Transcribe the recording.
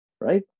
right